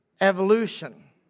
evolution